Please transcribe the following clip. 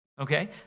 Okay